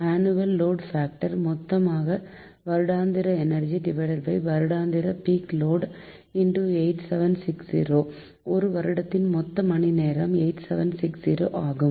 annual load factor மொத்த வருடாந்திர எனர்ஜிவருடாந்திர பீக் லோடு 8760 ஒரு வருடத்தின் மொத்த மணிநேரம் 8760 ஆகும்